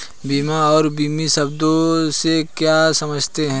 बीमा और बीमित शब्द से आप क्या समझते हैं?